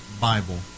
Bible